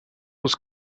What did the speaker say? was